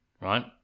Right